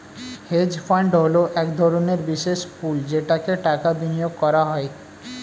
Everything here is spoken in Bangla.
হেজ ফান্ড হলো এক ধরনের বিশেষ পুল যেটাতে টাকা বিনিয়োগ করা হয়